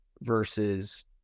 versus